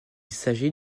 s’agit